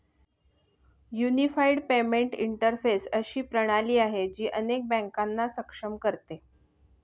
unified payment interface अशी प्रणाली आहे, जी अनेक बँकांना सक्षम करते